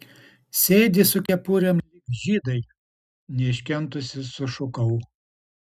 sėdi su kepurėm lyg žydai neiškentusi sušukau